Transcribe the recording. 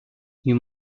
you